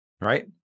right